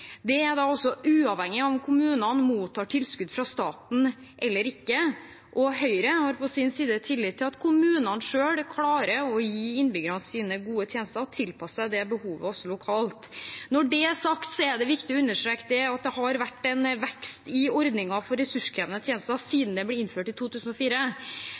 uavhengig av om kommunene mottar tilskudd fra staten eller ikke. Høyre har på sin side tillit til at kommunene selv klarer å gi innbyggerne sine gode tjenester tilpasset behovet lokalt. Når det er sagt, er det viktig å understreke at det har vært en vekst i ordningen for ressurskrevende tjenester siden den ble innført i 2004.